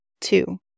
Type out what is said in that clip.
Two